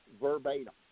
verbatim